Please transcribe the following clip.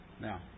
Now